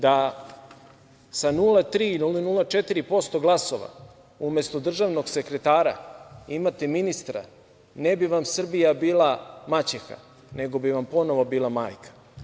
Da sa 0,3% ili 0,.4% glasova umesto državnog sekretara imate ministra, ne bi vam Srbija bila maćeha, nego bi vam ponovo bila majka.